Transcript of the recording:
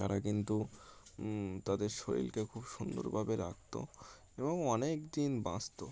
তারা কিন্তু তাদের শরীরকে খুব সুন্দরভাবে রাখতো এবং অনেক দিন বাঁচত